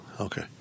Okay